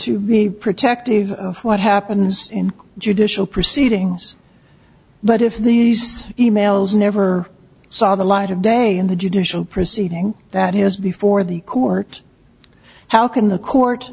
to be protective of what happens in judicial proceedings but if these e mails never saw the light of day in the judicial proceeding that is before the court how can the court